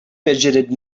fidgeted